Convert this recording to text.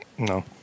No